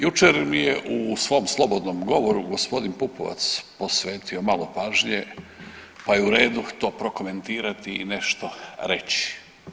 Jučer mi je u svom slobodnom govoru gospodin Pupovac posvetio malo pažnje, pa je u redu to prokomentirati i nešto reći.